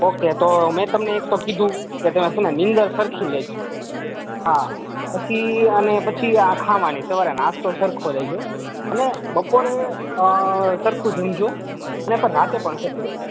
okay તો મેં તમને એક તો કીધું કે તમે નિંદર સરખી લેજો હાં પછી અને પછી આ ખાવાની અને સવારે નાસ્તો સરખો લેજો અને બપોરે સરખું જમજો ને રાત્રે પણ